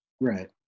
Right